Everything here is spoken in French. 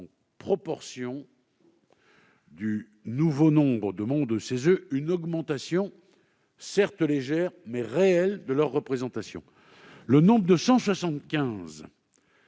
en proportion du nouveau nombre de membres du CESE, une augmentation, certes légère, mais réelle de leur représentation. Le nombre de cent